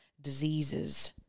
diseases